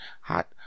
Hot